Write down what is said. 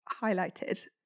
highlighted